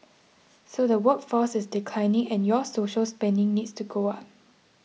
so the workforce is declining and your social spending needs to go up